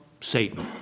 Satan